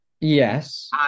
Yes